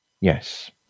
Yes